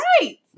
Right